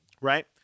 Right